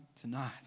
tonight